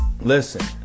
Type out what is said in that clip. Listen